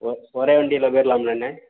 ஒ ஒரே வண்டியில் போயிரலாம்லண்ணே